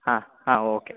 ಹಾಂ ಹಾಂ ಓಕೆ